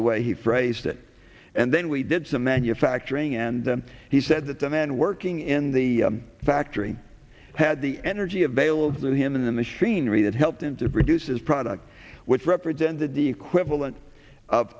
the way he phrased it and then we did some manufacturing and he said that the man working in the factory had the energy available to him and the machinery that helped him to produce his product which represented the equivalent of